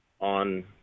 on